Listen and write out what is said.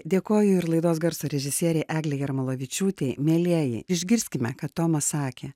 dėkoju ir laidos garso režisierei eglei jarmolavičiūtei mielieji išgirskime ką toma sakė